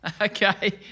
Okay